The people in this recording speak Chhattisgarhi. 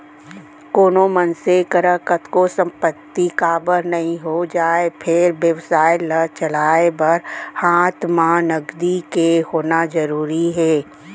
कोनो मनसे करा कतको संपत्ति काबर नइ हो जाय फेर बेवसाय ल चलाय बर हात म नगदी के होना जरुरी हे